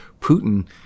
Putin –